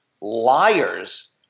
liars